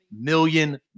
million